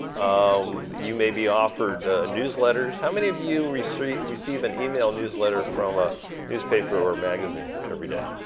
um you may be offered newsletters. how many of you receive receive an email newsletter from a newspaper or magazine everyday?